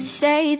say